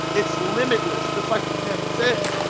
it's limitless. just like the channel says,